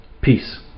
Peace